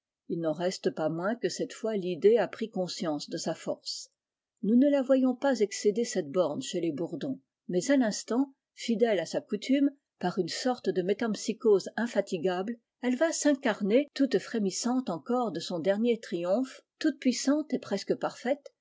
il n'en reste pas moins que cette fois l'idée a pris conscience de sa force nous ne la voyons pas excéder cette borne chez les bourdons mais à l'instant fidèle à sa coutume par une sorta de métempsycose infatigable elle va s'incr ner toute frémissante encore de son dern triomphe toute-puissante et presque parfai